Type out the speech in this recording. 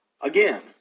again